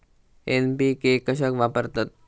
NPK कशाक वापरतत?